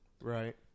Right